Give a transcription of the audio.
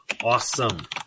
awesome